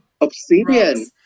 Obsidian